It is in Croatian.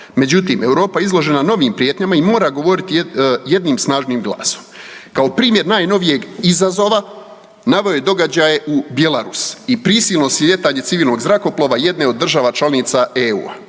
Međutim, Europa izložena novim prijetnjama i mora govoriti jednim snažnim glasom. Kao primjer najnovijeg izazova naveo je događaje u Bjelarus i prisilno slijetanje civilnog zrakoplova jedne od država članica EU-a,